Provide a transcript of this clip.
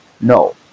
No